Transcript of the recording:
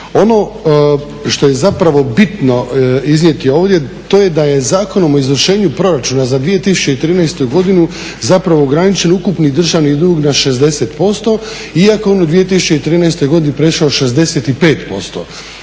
Ono što je zapravo bitno iznijeti ovdje, to je da je Zakonom o izvršenju proračuna za 2013. godinu zapravo ograničen ukupni državni dug na 60% iako je on u 2013. godini prešao 65%.